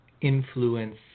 influence